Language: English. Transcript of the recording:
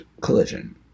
collision